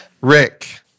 Rick